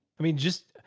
i mean, just,